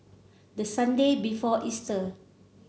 the Sunday before Easter